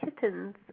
kittens